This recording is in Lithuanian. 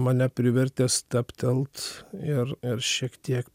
mane privertė stabtelt ir ir šiek tiek